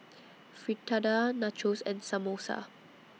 Fritada Nachos and Samosa